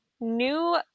new